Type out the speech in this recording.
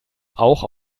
auch